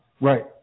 Right